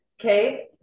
Okay